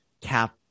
cap